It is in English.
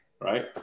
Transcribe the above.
right